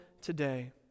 today